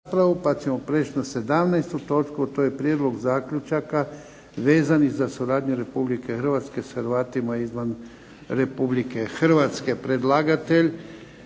raspravu. Pa ćemo prijeći na 17. točku a to je - Prijedlog zaključaka vezanih za suradnju Republike Hrvatske s Hrvatima izvan Republike Hrvatske. Predlagatelj: